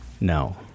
No